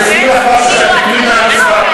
אני אסביר לך משהו ואת תיפלי מהרצפה,